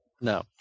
No